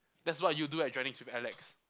that's what you do at joining with Alex